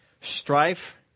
strife